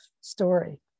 story